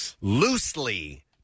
Loosely